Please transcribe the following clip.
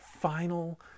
final